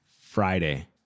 Friday